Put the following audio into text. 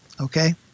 Okay